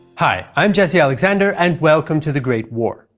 hi, i'm jesse alexander and welcome to the great war.